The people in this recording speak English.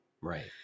Right